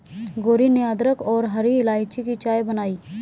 गौरी ने अदरक और हरी इलायची की चाय बनाई